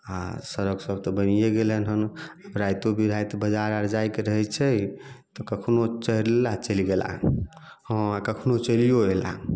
आ सड़क सब तऽ बनिए गेल हन रातिओ बिराति बजार आर जाइके रहैत छै तऽ कखनो चलि एला चलि गेला हँ कखनो चलियो एला